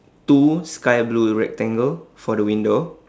two sky blue rectangle for the window